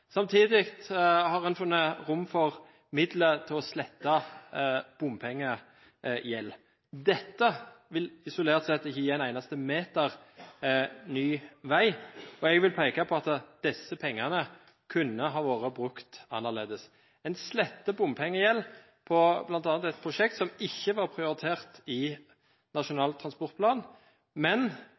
Samtidig har man funnet rom for midler til å slette bompengegjeld. Dette vil isolert sett ikke gi en eneste meter ny vei, og jeg vil peke på at disse pengene kunne vært brukt annerledes. Man sletter bompengegjeld, bl.a. på et prosjekt som ikke var prioritert i Nasjonal transportplan, men